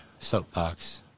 soapbox